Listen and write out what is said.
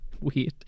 weird